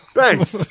thanks